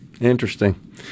Interesting